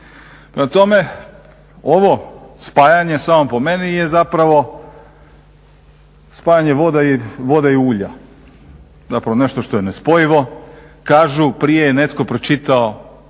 tome, ovo spajanje samo po meni je zapravo spajanje vode i ulja, zapravo nešto što je nespojivo. Kažu netko je prije pročitao